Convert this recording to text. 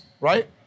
right